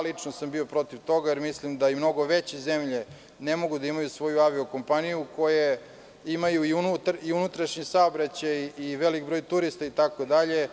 Lično sam bio protiv toga, jer mislim da i mnogo veće zemlje ne mogu da imaju svoju avio kompaniju koje imaju i unutrašnji saobraćaj i veliki broj turista itd.